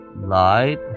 light